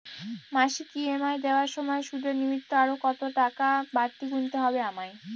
মাসিক ই.এম.আই দেওয়ার সময়ে সুদের নিমিত্ত আরো কতটাকা বাড়তি গুণতে হবে আমায়?